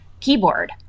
keyboard